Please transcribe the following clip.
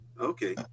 okay